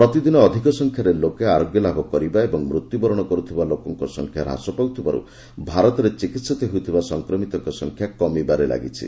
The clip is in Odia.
ପ୍ରତିଦିନ ଅଧିକ ସଂଖ୍ୟାରେ ଲୋକମାନେ ଆରୋଗ୍ୟଲାଭ କରିବା ଓ ମୃତ୍ୟୁବରଣ କରୁଥିବା ଲୋକମାନଙ୍କ ସଂଖ୍ୟା ହ୍ରାସ ପାଉଥିବାରୁ ଭାରତରେ ଚିକିିିିତ ହେଉଥିବା ସଂକ୍ରମିତମାନଙ୍କ ସଂଖ୍ୟା କମିବାରେ ଲାଗିଛି